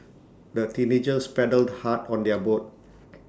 the teenagers paddled hard on their boat